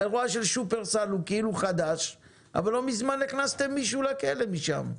האירוע של שופרסל הוא כאילו חדש אבל לא מזמן הכנסתם מישהו לכלא משם.